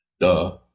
duh